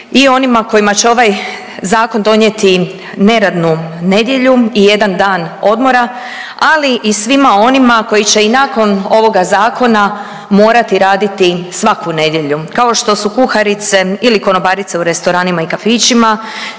i onima kojima će ovaj zakon donijeti neradnu nedjelju i jedan dan odmora, ali i svima onima koji će i nakon ovoga zakona morati raditi svaku nedjelju kao što su kuharice ili konobarice u restoranima i kafićima,